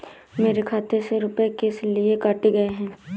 मेरे खाते से रुपय किस लिए काटे गए हैं?